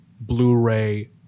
Blu-ray